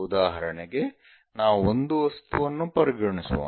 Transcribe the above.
ಉದಾಹರಣೆಗೆ ನಾವು ಒಂದು ವಸ್ತುವನ್ನು ಪರಿಗಣಿಸೋಣ